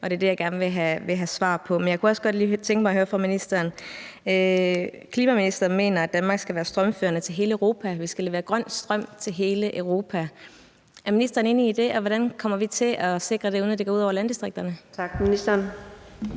og det er det, jeg gerne vil have svar på. Men jeg kunne også godt lige tænke mig at høre ministeren om en anden ting. Klimaministeren mener, at Danmark skal være strømførende til hele Europa. Vi skal levere grøn strøm til hele Europa. Er ministeren enig i det, og hvordan kommer vi til at sikre det, uden at det går ud over landdistrikterne? Kl.